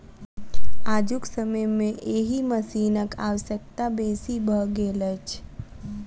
आजुक समय मे एहि मशीनक आवश्यकता बेसी भ गेल अछि